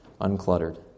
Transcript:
uncluttered